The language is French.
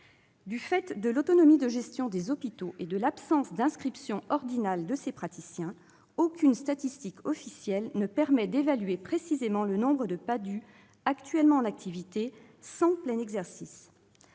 du fait de l'autonomie de gestion des hôpitaux et de l'absence d'inscription ordinale de ces praticiens, aucune statistique officielle ne permet d'évaluer précisément le nombre de PADHUE actuellement en activité sans plein exercice.